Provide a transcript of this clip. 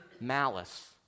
malice